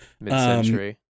Mid-century